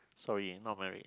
sorry not married